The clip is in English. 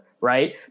right